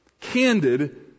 candid